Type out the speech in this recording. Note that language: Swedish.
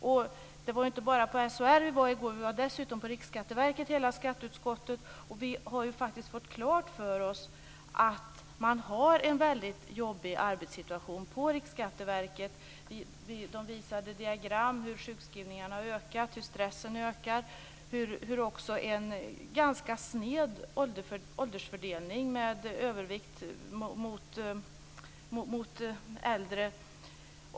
Vi träffade i går inte bara SHR, utan hela utskottet besökte dessutom Riksskatteverket. Vi har fått klart för oss att man på Riksskatteverket har en väldigt jobbig arbetssituation. Man visade diagram över hur sjukskrivningarna har ökat och hur stressen ökar och pekade på en ganska sned åldersfördelning med tonvikt på de äldre.